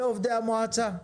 לא עובדי המועצה.